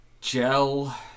gel